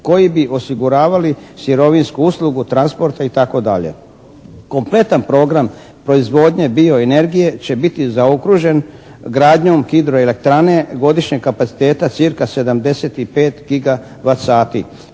koji bi osiguravali sirovinsku uslugu transporta itd. Kompletan program proizvodnje bio energije će biti zaokružen gradnjom hidroelektrane godišnjeg kapaciteta cirka 75 gigavat sati